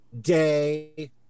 day